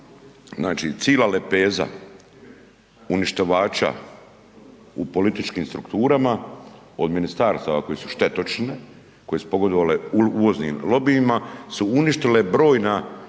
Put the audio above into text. cila lepeza uništivača u političkim strukturama, od ministarstava koji su štetočine koji su pogodovali uvozim lobijima su uništili brojne